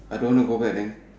I don't want to go back and then